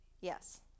Yes